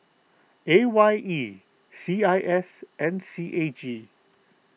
A Y E C I S and C A G